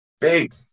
big